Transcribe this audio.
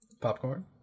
popcorn